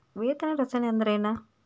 ವೇತನ ರಚನೆ ಅಂದ್ರೆನ?